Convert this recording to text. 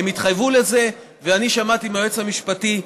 הם התחייבו לזה, ושמעתי מהיועץ המשפטי,